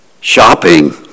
shopping